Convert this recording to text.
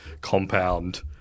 compound